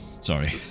sorry